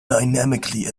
dynamically